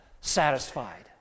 satisfied